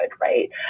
right